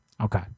Okay